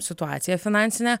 situaciją finansinę